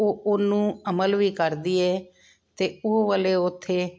ਉਹ ਉਹਨੂੰ ਅਮਲ ਵੀ ਕਰਦੀ ਹੈ ਅਤੇ ਉਹ ਵਾਲੇ ਉੱਥੇ